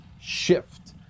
shift